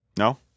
No